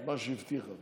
מה שהבטיחה.